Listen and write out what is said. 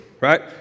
right